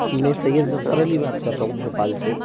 मैं सैयद जफर अली बात कर रहा हूँ भोपाल से